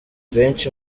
benshi